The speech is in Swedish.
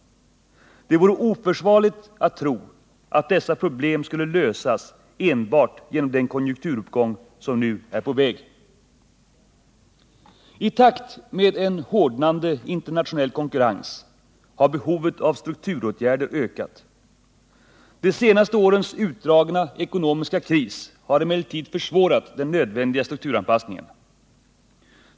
Det vore oförsvarligt att tro att dessa problem skulle lösas enbart genom den konjunkturuppgång som nu är på väg. I takt med en hårdnande internationell konkurrens har behovet av strukturåtgärder ökat. De senaste årens utdragna ekonomiska kris har emellertid försvårat den nödvändiga strukturanpassningen.